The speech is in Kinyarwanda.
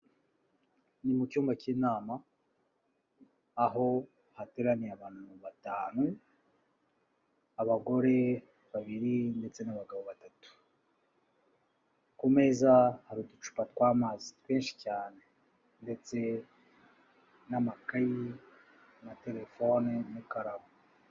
Ni mu cyumba cy'inama, aho hateraniye batanu, abagore babiri, ndetse n'abagabo batatu. Ku meza hari uducupa tw'amazi twinshi cyane. Ndetse n'amakayi, na telefone, n'ikaramu.